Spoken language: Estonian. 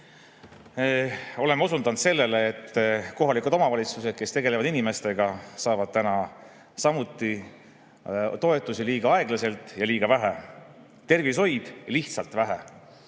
Oleme osundanud sellele, et kohalikud omavalitsused, kes tegelevad inimestega, saavad täna samuti toetusi liiga aeglaselt ja liiga vähe. Tervishoid [saab raha]